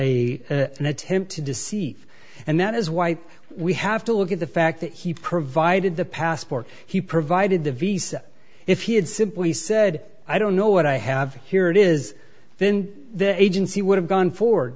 an attempt to deceive and that is why we have to look at the fact that he provided the passport he provided the visa if he had simply said i don't know what i have here it is then the agency would have gone forward